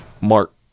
Mark